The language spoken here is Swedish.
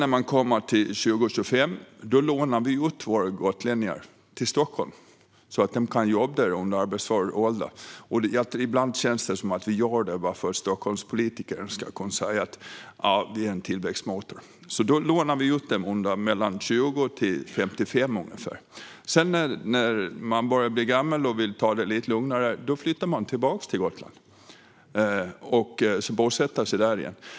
När våra unga gotlänningar blir 20-25 år lånar vi ut dem till Stockholm, så att de kan jobba där under sin arbetsföra ålder. Ibland känns det som att vi gör det för att Stockholmspolitikerna ska kunna säga att Stockholm är en tillväxtmotor. Vi lånar ut dessa gotlänningar när de är ungefär mellan 20 och 55 år. När dessa människor börjar bli äldre och vill ta det lite lugnare flyttar de tillbaka till Gotland och bosätter sig där igen.